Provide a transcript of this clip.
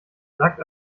sagt